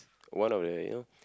one of the you know